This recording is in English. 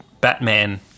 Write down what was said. Batman